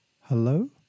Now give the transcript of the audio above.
hello